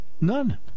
None